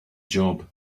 job